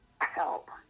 help